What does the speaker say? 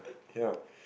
okay lah